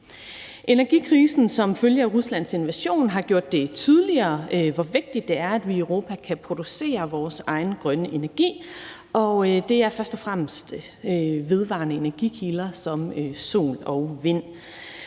Energikrisen som følge af Ruslands invasion har gjort det tydeligere, hvor vigtigt det er, at vi i Europa kan producere vores egen grønne energi, og det er først og fremmest vedvarende energikilder som sol og vind.